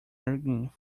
arguing